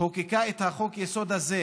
חוקקה את חוק-היסוד הזה,